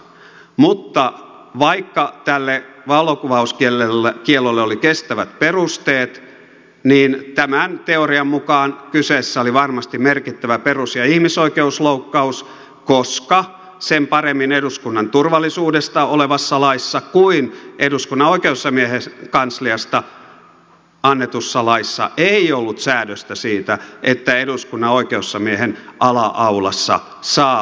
mutta vaikka tälle valokuvauskiellolle oli kestävät perusteet niin tämän teorian mukaan kyseessä oli varmasti merkittävä perus ja ihmisoikeusloukkaus koska sen paremmin eduskunnan turvallisuudesta olevassa laissa kuin eduskunnan oikeusasiamiehen kansliasta annetussa laissa ei ollut säädöstä siitä että eduskunnan oikeusasiamiehen kanslian ala aulassa saa olla valokuvauskielto